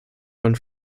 von